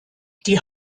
die